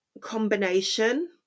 combination